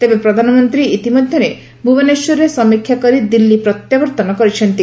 ତେବେ ପ୍ରଧାନମନ୍ତୀ ଇତିମଧ୍ଧରେ ଭ୍ବନେଶ୍ୱରରେ ସମୀକ୍ଷା କରି ଦିଲ୍ଲୀ ପ୍ରତ୍ୟାବର୍ଉନ କରିଛନ୍ତି